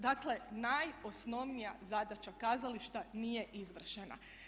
Dakle najosnovnija zadaća kazališta nije izvršena.